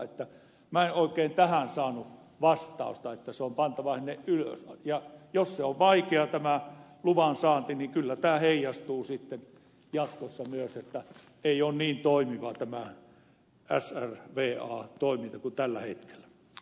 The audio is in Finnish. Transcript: minä en oikein tähän saanut vastausta että se on pantava sinne ylös ja jos tämä luvan saanti on vaikeaa niin kyllä tämä heijastuu sitten jatkossa myös että ei ole niin toimiva tämä srva toiminta kuin tällä hetkellä